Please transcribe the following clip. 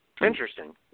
Interesting